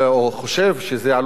או הוא חושב שעלול,